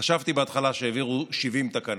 חשבתי בהתחלה שהעבירו 70 תקנות,